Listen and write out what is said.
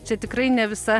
čia tikrai ne visa